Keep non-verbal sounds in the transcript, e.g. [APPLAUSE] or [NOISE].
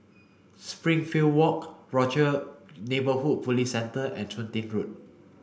[UNINTELLIGIBLE] Walk Rochor Neighborhood Police Centre and Chun Tin Road